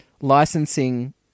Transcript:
licensing